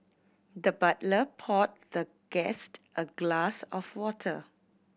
the butler poured the guest a glass of water